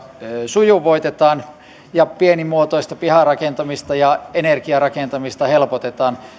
sujuvoitetaan ja pienimuotoista piharakentamista ja energiarakentamista helpotetaan